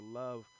love